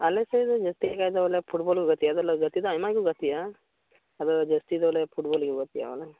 ᱟᱞᱮᱥᱮᱫ ᱫᱚ ᱜᱟᱛᱮᱜ ᱠᱷᱟᱱ ᱫᱚ ᱯᱷᱩᱴᱵᱚᱞ ᱠᱚ ᱜᱟᱛᱮᱜᱼᱟ ᱟᱫᱚ ᱵᱚᱞᱮ ᱜᱟᱛᱮ ᱫᱚ ᱟᱭᱢᱟ ᱠᱚ ᱜᱟᱛᱮᱜᱼᱟ ᱟᱫᱚ ᱡᱟᱹᱥᱛᱤ ᱫᱚ ᱵᱚᱞᱮ ᱯᱷᱩᱴᱵᱚᱞ ᱜᱮᱠᱚ ᱜᱟᱛᱮᱜᱼᱟ